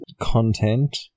content